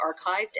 archived